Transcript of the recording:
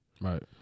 Right